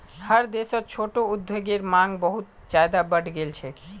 हर देशत छोटो उद्योगेर मांग बहुत ज्यादा बढ़ गेल छेक